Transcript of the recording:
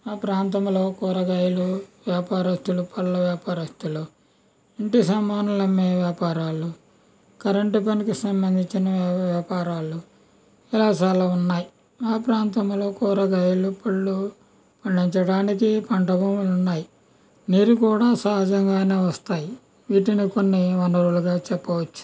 ఆ ప్రాంతంలో కూరగాయలు వ్యాపారస్తుల పళ్ళ వ్యాపారస్తులు ఇంటి సామాన్లు అమ్మే వ్యాపారాలు కరెంట్ పనికి సంబంధించిన వ్యాపారాలు ఇలా చాలా ఉన్నాయి మా ప్రాంతంలో కూరగాయలు పళ్ళు పండించడానికి పంట భూములు ఉన్నాయి నీరు కూడా సహజంగానే వస్తాయి వీటిని కొన్ని వనరులుగా చెప్పవచ్చు